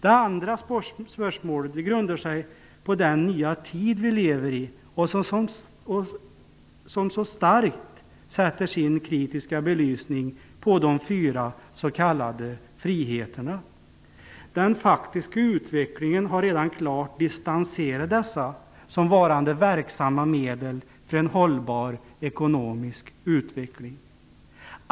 Det andra spörsmålet grundar sig på den nya tid som vi lever i och som så starkt sätter sin kritiska belysning på de fyra s.k. friheterna. Den faktiska utvecklingen har redan klart distanserat dessa som varande verksamma medel för en hållbar ekonomisk utveckling.